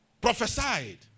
prophesied